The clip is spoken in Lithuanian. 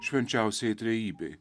švenčiausiajai trejybei